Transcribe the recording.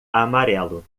amarelo